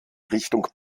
richtung